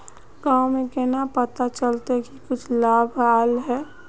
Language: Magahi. गाँव में केना पता चलता की कुछ लाभ आल है?